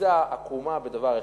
תפיסה עקומה בדבר אחד.